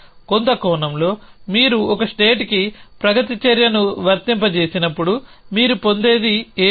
కొంత కోణంలో మీరు ఒక స్టేట్ కి ప్రగతి చర్యను వర్తింపజేసినప్పుడు మీరు పొందేది స్టేట్